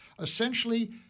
essentially